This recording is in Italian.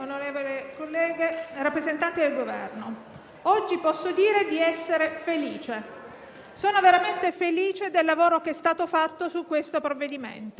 Ciò che provo è un sentimento di fatica positiva, quella che si prova alla fine di una gara molto dura, ma che conferma il fatto di avercela messa tutta.